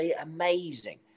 amazing